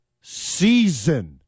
season